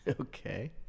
Okay